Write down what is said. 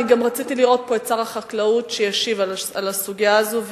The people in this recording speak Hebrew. גם רציתי לראות פה את שר החקלאות משיב על הסוגיה הזו,